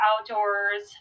outdoors